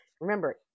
remember